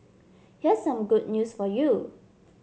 here's some good news for you